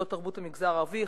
למוסדות תרבות במגזר הערבי.